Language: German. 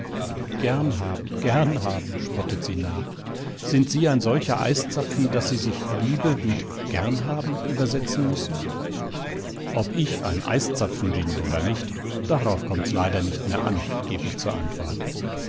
gern haben gern haben spottet sie nach sind sie ein solcher eiszapfen daß sie sich liebe mit gernhaben übersetzen müssen ob ich ein eiszapfen bin oder nicht darauf kommt's leider nicht mehr an geb ich zur antwort